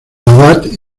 abad